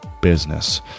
business